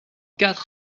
quatre